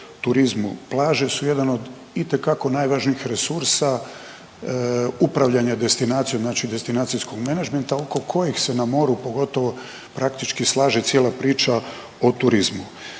plaže su jedan od itekako najvažnijih resursa upravljanja destinacijom, znači destinacijskog menadžmenta oko kojeg se na moru pogotovo praktički slaže cijela priča o turizmu.